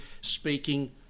speaking